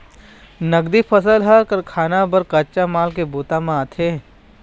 नगदी फसल ह कारखाना बर कच्चा माल के बूता म आथे